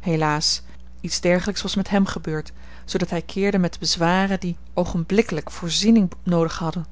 helaas iets dergelijks was met hem gebeurd zoodat hij keerde met bezwaren die oogenblikkelijk voorziening noodig hadden